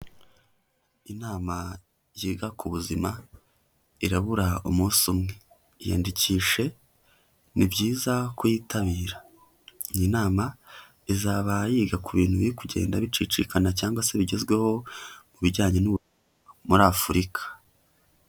Inama yiga ku buzima irabura umunsi umwe, iyandikishe ni byiza kuyitabira, iyi nama izaba yiga ku bintu biri kugenda bicicikana cyangwa se bigezweho ku bijyanye no muri Afurika.